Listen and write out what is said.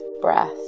breath